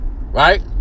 Right